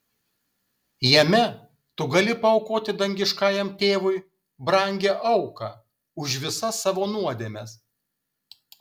jame tu gali paaukoti dangiškajam tėvui brangią auką už visas savo nuodėmes